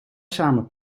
samen